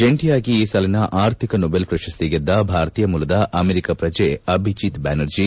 ಜಂಟಯಾಗಿ ಈ ಸಾಲಿನ ಅರ್ಥಿಕ ನೊಬೆಲ್ ಪ್ರಶ್ತಿ ಗೆದ್ದ ಭಾರತೀಯ ಮೂಲದ ಆಮೆರಿಕಾ ಪ್ರಜೆ ಆಭಿಜಿತ್ ಬ್ಲಾನರ್ಜೆ